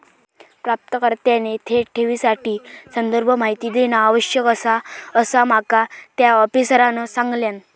प्राप्तकर्त्याने थेट ठेवीसाठी संदर्भ माहिती देणा आवश्यक आसा, असा माका त्या आफिसरांनं सांगल्यान